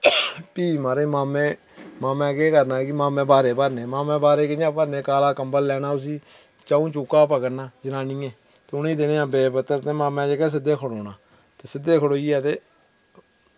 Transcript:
फ्ही म्हाराज मामें मामै केह् करना कि मामै बारे भरने मामें बारे कियां भरने काला कंबल लैना उस्सी चंऊ चूह्का दा पकड़ना जनानियें ते उनें देने अम्बे दे पत्तर ते मामै जेह्का सिद्धे खड़ोना ते सिद्धे खड़ोइयै ते